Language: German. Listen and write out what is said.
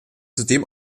zudem